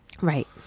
Right